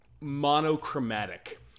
Monochromatic